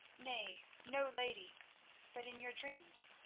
nay, no lady but in your dreams.